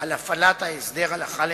על הפעלת ההסדר הלכה למעשה,